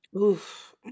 Oof